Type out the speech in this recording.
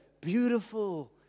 beautiful